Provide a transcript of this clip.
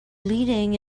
leading